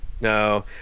no